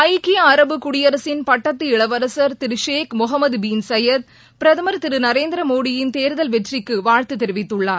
ஐக்கிய அரபு குடியரசின் பட்டத்து இளவரசர் திரு ஷேக் முகமது பின் சையத் பிரதுர் திரு நரேந்திரமோடியின் தேர்தல் வெற்றிக்கு வாழ்த்து தெரிவித்துள்ளார்